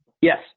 Yes